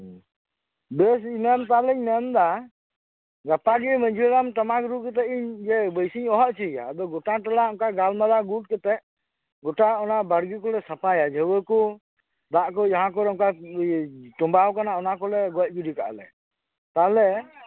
ᱵᱮᱥ ᱤᱱᱟᱹᱜᱮ ᱛᱟᱦᱞᱮᱧ ᱢᱮᱱ ᱫᱟ ᱜᱟᱯᱟᱜᱮ ᱢᱟ ᱡᱷᱤ ᱦᱟᱲᱟᱢ ᱴᱟᱢᱟᱠ ᱨᱩ ᱠᱟᱛᱮᱜ ᱤᱧ ᱤᱭᱟᱹ ᱵᱟᱹᱭᱥᱟᱹᱧ ᱦᱚᱦᱚ ᱪᱚᱭ ᱭᱟ ᱟᱫᱚ ᱜᱚᱴᱟ ᱴᱚᱞᱟ ᱚᱱᱠᱟ ᱜᱟᱞᱢᱟᱨᱟᱣ ᱜᱩᱴ ᱠᱟᱛᱮᱜ ᱜᱚᱴᱟ ᱚᱱᱟ ᱵᱟᱲᱜᱮ ᱠᱚᱞᱮ ᱥᱟᱯᱟᱭᱟ ᱡᱷᱟᱹᱣᱟᱹ ᱠᱚ ᱫᱟᱜ ᱠᱚ ᱡᱟᱦᱟᱸ ᱠᱚᱨᱮ ᱚᱱᱠᱟ ᱤᱭᱟᱹ ᱛᱚᱢᱵᱟᱣᱟᱠᱟᱱᱟ ᱚᱱᱟ ᱠᱚᱞᱮ ᱜᱚᱡ ᱜᱤᱰᱤ ᱠᱟᱜ ᱟᱞᱮ ᱛᱟᱞᱦᱮ